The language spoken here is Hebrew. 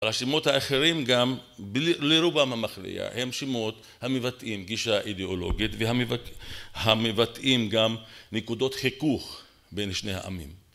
השמות האחרים גם, לרובם המכריע, הם שמות המבטאים, גישה אידיאולוגית, והמבטאים גם נקודות חיכוך בין שני העמים.